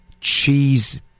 cheese